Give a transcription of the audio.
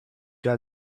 got